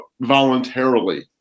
voluntarily